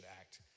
act